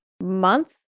month